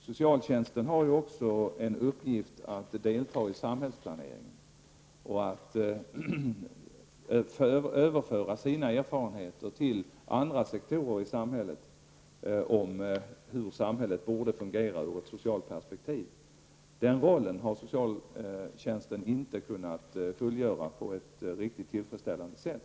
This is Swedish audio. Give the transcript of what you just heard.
Socialtjänsten har också en uppgift att delta i samhällsplaneringen och överföra sina erfarenheter om hur samhället borde fungera ur ett socialt perspektiv till andra sektorer i samhället. Den uppgiften har socialtjänsten inte kunnat fullgöra på ett riktigt tillfredsställande sätt.